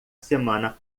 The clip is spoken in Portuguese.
semana